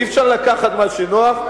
אי-אפשר לקחת מה שנוח,